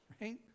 Right